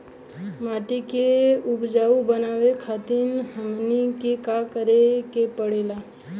माटी के उपजाऊ बनावे खातिर हमनी के का करें के पढ़ेला?